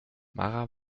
mara